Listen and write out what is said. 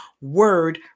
word